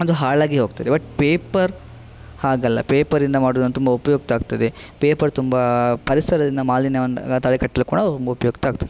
ಅದು ಹಾಳಾಗಿ ಹೋಗ್ತದೆ ಬಟ್ ಪೇಪರ್ ಹಾಗಲ್ಲ ಪೇಪರಿಂದ ಮಾಡೋದು ತುಂಬಾ ಉಪಯುಕ್ತ ಆಗ್ತದೆ ಪೇಪರ್ ತುಂಬ ಪರಿಸರದಿಂದ ಮಾಲಿನ್ಯವನ್ನು ತಡೆಗಟ್ಟಲು ಕೂಡ ತುಂಬ ಉಪಯುಕ್ತ ಆಗ್ತದೆ